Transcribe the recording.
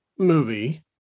movie